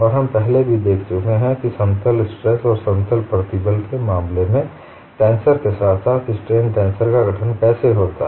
और हम पहले ही देख चुके हैं कि समतल स्ट्रेस और समतल प्रतिबल के मामले में टेंसर के साथ साथ स्ट्रेन टेंसर का गठन कैसे होता है